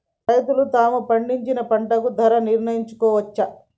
రైతులు తాము పండించిన పంట ధర నిర్ణయించుకోవచ్చా?